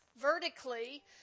vertically